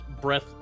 breath